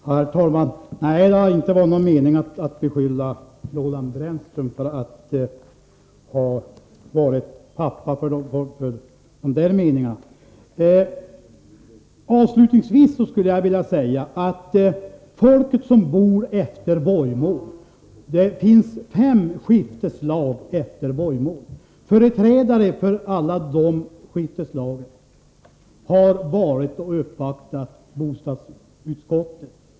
Herr talman! Nej, det har inte varit min mening att beskylla Roland Brännström för att vara pappa till felaktigheterna. Avslutningsvis skulle jag vilja säga att det finns fem skifteslag utefter Vojmån. Företrädare för alla de skifteslagen har varit och uppvaktat bostadsutskottet.